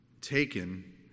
taken